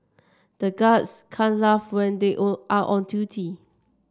the guards can't laugh when they are on duty